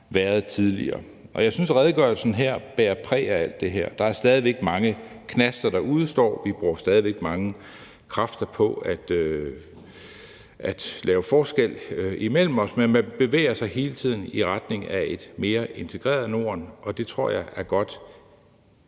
været tidligere, og jeg synes, at redegørelsen her bærer præg af alt det her. Der er stadig væk mange knaster, der udestår. Vi bruger stadig væk mange kræfter på at lave forskel imellem os, men man bevæger sig hele tiden i retning af et mere integreret Norden, og det tror jeg er godt,